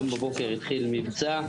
היום בבוקר התחיל מבצע,